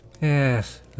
Yes